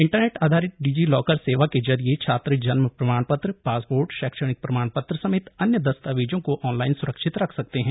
internet आधारित DigiLocker सेवा के जरिए छात्र जन्म प्रमाणपत्र पासपोर्ट शैक्षणिक प्रमाणपत्र समेत अन्य दस्तावेजों को ऑनलाइन स्रक्षित रख सकते हैं